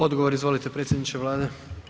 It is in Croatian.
Odgovor, izvolite predsjedniče Vlade.